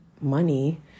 money